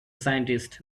scientist